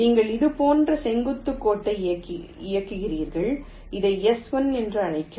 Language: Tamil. நீங்கள் இது போன்ற செங்குத்து கோட்டை இயக்குகிறீர்கள் இதை S1 என அழைக்கவும்